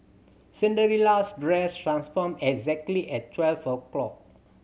Cinderella's dress transformed exactly at twelve o'clock